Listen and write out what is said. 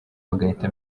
bagahita